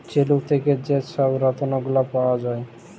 ঝিলুক থ্যাকে যে ছব রত্ল গুলা পাউয়া যায়